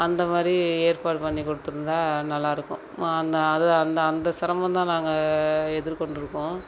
அந்த மாதிரி ஏற்பாடு பண்ணி கொடுத்துருந்தா நல்லா இருக்கும் அந்த அதில் அந்த அந்த சிரமந்தான் நாங்கள் எதிர் கொண்டிருக்கோம்